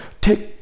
take